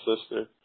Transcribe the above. sister